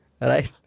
Right